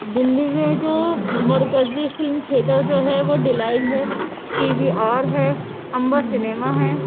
دلی میں جو مرکزی فلم تھیٹر جو ہے وہ ڈلائٹ ہے پی وی آر ہے انبا سنیما ہے